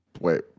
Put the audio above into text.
Wait